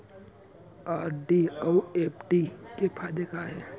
RD अऊ FD के फायेदा का हे?